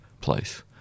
place